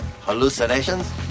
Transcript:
hallucinations